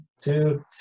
two